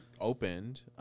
opened